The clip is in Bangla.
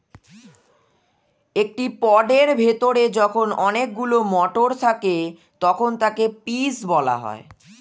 একটি পডের ভেতরে যখন অনেকগুলো মটর থাকে তখন তাকে পিজ বলা হয়